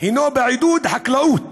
הוא בעידוד החקלאות.